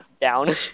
down